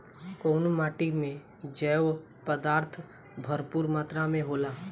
कउना माटी मे जैव पदार्थ भरपूर मात्रा में होला?